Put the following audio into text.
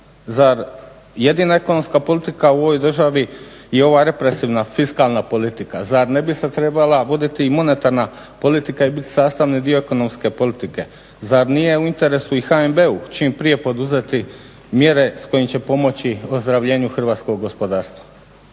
zar jedina ekonomska politika u ovoj državi je ova represivna fiskalna politika? Zar ne bi se trebala voditi i monetarna politika i bit sastavni dio ekonomske politike? Zar nije u interesu i HNB-u čim prije poduzeti mjere s kojim će pomoći ozdravljenju hrvatskog gospodarstva.